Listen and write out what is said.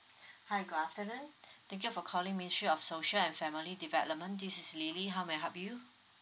hi good afternoon thank you for calling ministry of social and family development this is lily how may I help you